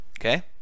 Okay